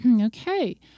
Okay